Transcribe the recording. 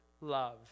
love